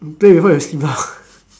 play with her and sleep ah